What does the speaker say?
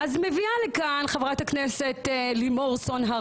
אז מביאה לכאן חברת הכנסת לימור סון הר